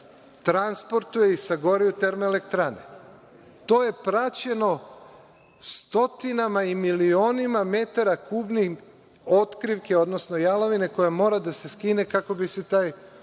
transportuje i sagori u termoelektrani. To je praćeno stotinama i milionima metara kubnim otkrivke, odnosno jalovine koja mora da se skine kako bi se taj